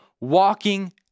walking